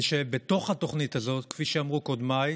ושבתוך התוכנית הזאת, כפי שאמרו קודמיי,